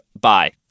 bye